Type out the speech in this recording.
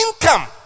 income